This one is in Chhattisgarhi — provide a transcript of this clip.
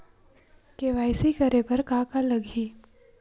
के.वाई.सी करे बर का का लगही?